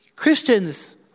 Christians